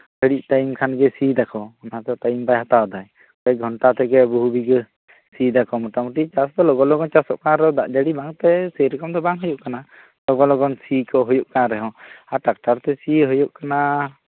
ᱟᱹᱭᱩᱵ ᱴᱟᱭᱤᱢ ᱠᱷᱟᱱᱜᱮ ᱥᱤᱭ ᱫᱟᱠᱚ ᱚᱱᱟ ᱛᱮᱫᱚ ᱴᱟᱭᱤᱢ ᱵᱟᱭ ᱦᱟᱛᱟᱣ ᱫᱟᱭ ᱯᱮ ᱜᱷᱚᱱᱴᱟ ᱛᱮᱜᱮ ᱵᱩᱦᱩ ᱵᱤᱜᱷᱟᱹ ᱥᱤᱭ ᱫᱟᱠᱚ ᱢᱳᱴᱟᱢᱩᱴᱤ ᱪᱟᱥ ᱫᱚ ᱞᱚᱜᱚᱱ ᱞᱚᱜᱚᱱ ᱪᱟᱥᱚᱜ ᱠᱟᱱ ᱨᱮᱦᱚᱸ ᱫᱟᱜ ᱡᱟᱹᱲᱤ ᱵᱟᱝᱛᱮ ᱥᱮᱭ ᱨᱚᱠᱚᱢ ᱫᱚ ᱵᱟᱝ ᱦᱩᱭᱩᱜ ᱠᱟᱱᱟ ᱞᱚᱜᱚᱱ ᱞᱚᱜᱚᱱ ᱥᱤᱠᱚ ᱦᱩᱭᱩᱜ ᱠᱟᱱ ᱨᱮᱦᱚᱸ ᱴᱨᱟᱠᱴᱟᱨ ᱛᱮ ᱥᱤ ᱦᱩᱭᱩᱜ ᱠᱟᱱᱟ